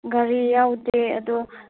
ꯒꯥꯔꯤ ꯌꯥꯎꯗꯦ ꯑꯗꯣ